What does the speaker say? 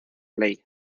ley